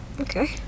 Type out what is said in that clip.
okay